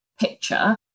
picture